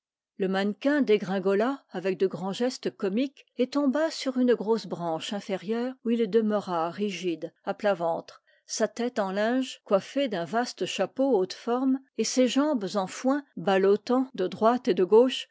le mannequin dégringola avec de grands gestes comiques et tomba sur une grosse branche inférieure où il demeura rigide à plat ventre sa tête en linge coiffée d'un vaste chapeau haut de forme et ses jambes en foin ballottant de droite et de gauche